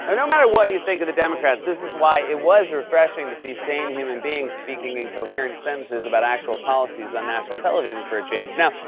no matter what you think of the democrats, this is why it was refreshing to see sane human beings speaking in coherent sentences about actual policies on national television for a change. now,